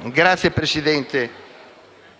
Signor Presidente,